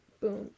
Boom